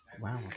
Wow